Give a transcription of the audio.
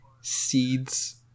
seeds